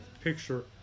picture